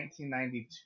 1992